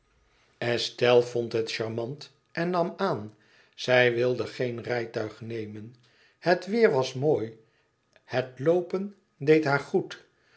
estelle vond het charmant en nam aan zij wilde geen rijtuig nemen het weêr was mooi het loopen deed haar goed